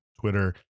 twitter